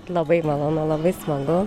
labai malonu labai smagu